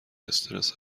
استرس